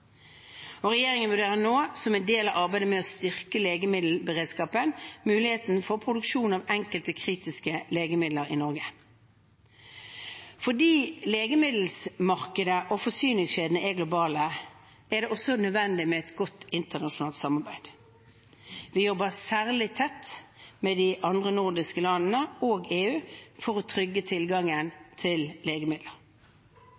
Regjeringen vurderer nå, som del av arbeidet med å styrke legemiddelberedskapen, mulighetene for produksjon av enkelte kritiske legemidler i Norge. Fordi legemiddelmarkedet og forsyningskjedene er globale er det også nødvendig med et godt internasjonalt samarbeid. Vi jobber særlig tett med de andre nordiske landene og EU for å trygge